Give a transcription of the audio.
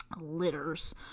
litters